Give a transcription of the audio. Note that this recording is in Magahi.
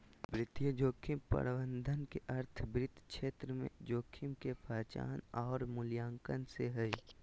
वित्तीय जोखिम प्रबंधन के अर्थ वित्त क्षेत्र में जोखिम के पहचान आर मूल्यांकन से हय